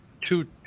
two